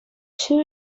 two